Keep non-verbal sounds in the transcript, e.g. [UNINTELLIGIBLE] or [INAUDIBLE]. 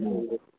[UNINTELLIGIBLE]